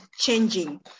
changing